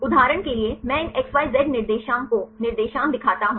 उदाहरण के लिए मैं इन XYZ निर्देशांक को निर्देशांक दिखाता हूं